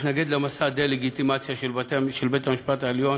מתנגד למסע הדה-לגיטימציה של בית-המשפט העליון,